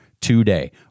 today